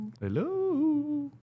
Hello